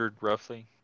roughly